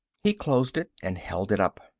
he closed it and held it up.